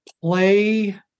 play